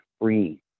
free